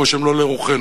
כמו שהם לא לרוחנו.